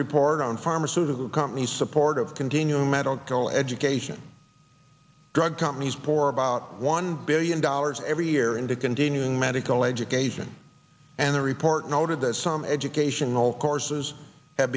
report on pharmaceutical come the support of continuing medical education drug companies pour about one billion dollars every year into continuing medical education and the report noted that some educational courses have